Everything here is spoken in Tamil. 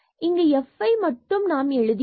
இங்கு fஐ மட்டும் நாம் எழுதி உள்ளோம்